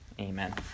Amen